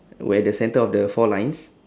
where the centre of the four lines